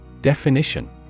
Definition